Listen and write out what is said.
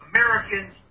Americans